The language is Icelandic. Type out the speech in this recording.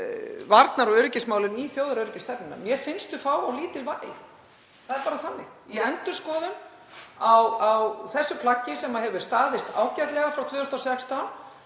varnar- og öryggismálin í þjóðaröryggisstefnunni. Mér finnst þau fá of lítið vægi, það er bara þannig. Í endurskoðun á þessu plaggi, sem hefur staðist ágætlega frá 2016,